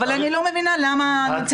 אבל אני לא מבינה למה נציגים מהאוצר